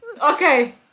Okay